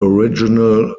original